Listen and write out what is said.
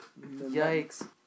Yikes